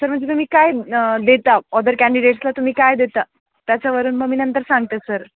sir म्हणजे तुम्ही काय देता ऑदर कँडिडेट्सला तुम्ही काय देता त्याच्यावरून मग मी नंतर सांगते सर